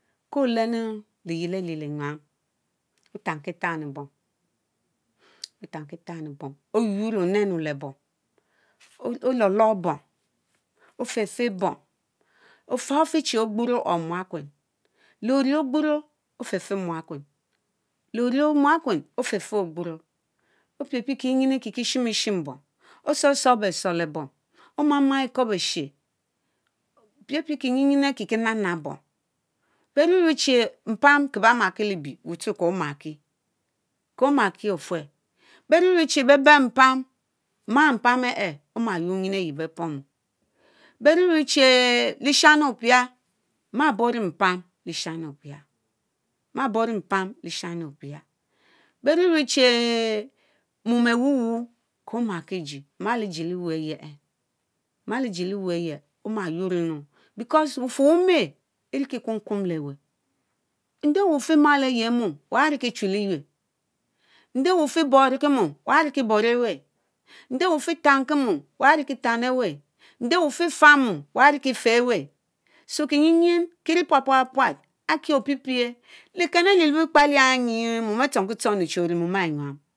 Kó olenu liyiel alilienyami ótankitani bom, otankitani bom; oyuorr yuorr lé onenu lé bom; olorlor bom, ofehfeh bom; ofahh ofehchi ogburo or muakuen, leon ogburo ofefeh muakuen, muakwen aré fefefehh ogboró; opiepie kie nyin arẽki kie shimeshime bom otsorr tsorr behtsorr lé bom omama ikobeche, piepie ki nyin nyin akie kie nap nap. Beníníechi mpam ké bé mákeé lé libie wuetsueh komakie, komakie ofuerr. Beruruchie beé ben-mpam; ma mpann ehh ehh omayhorr nyin ayie bééh pómu, berurucheeh lishani opia maá boru mpam lishani opia; máá boro mpam leshani opia; beruruchehh mom áwuwuu kómakie ejie má lejie liwun eýeh, maá ́lijie liwuu eyeh oma yuorri inuu because wufurr umeh iriki kumkum leh weh; nde weeh ofima Eyiemom waá nkie chu leyurr? Nde wehh ofi borki mom wariké borieweh? Ndé wéy ofitankimon warike tani éwere? Ndé wéh efifahmom warrh an fáy wéy? So kinyin-nyin kíere pua pua puat akie opiepie; leeken alie libiekper alia nyi mom arẽ Enyam.,